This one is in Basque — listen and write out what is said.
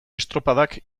estropadak